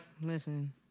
Listen